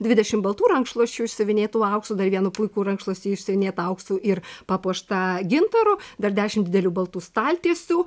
dvidešimt baltų rankšluosčių išsiuvinėtų auksu dar vieną puikų rankšluostį išsiuvinėtą auksu ir papuoštą gintaru dar dešimt didelių baltų staltiesių